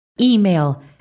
email